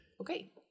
Okay